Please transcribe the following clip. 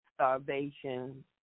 starvation